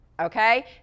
Okay